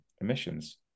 emissions